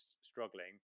struggling